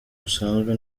busanzwe